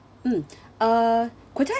mm uh could I